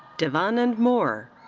devanand more.